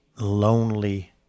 lonely